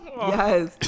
Yes